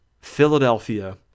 Philadelphia